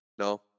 No